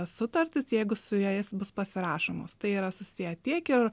sutartis jeigu su jais bus pasirašomos tai yra susiję tiek ir